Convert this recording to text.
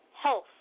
health